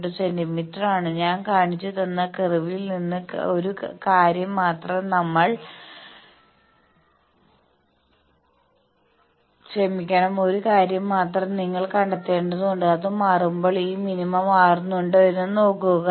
72 സെന്റീമീറ്ററാണ് ഞാൻ കാണിച്ചുതന്ന കർവിൽ നിന്ന് കാര്യം മാത്രം നിങ്ങൾ കണ്ടെത്തേണ്ടതുണ്ട് അത് മാറുമ്പോൾ ഈ മിനിമ മാറുന്നുണ്ടോ എന്ന് നോക്കുക